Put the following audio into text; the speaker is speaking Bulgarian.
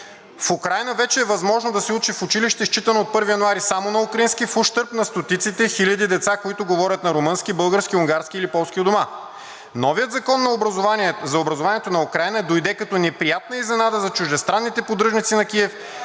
„В Украйна вече е възможно да се учи в училище, считано от 1 януари, само на украински, в ущърб на стотиците хиляди деца, които говорят на румънски, български, унгарски или полски у дома. Новият Закон за образованието на Украйна дойде като неприятна изненада за чуждестранните поддръжници на Киев